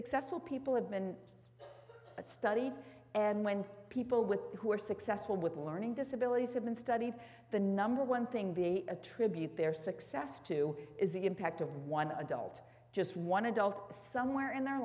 successful people have been studied and when people with who are successful with learning disabilities have been studied the number one thing the attribute their success to is the impact of one adult just one adult somewhere in their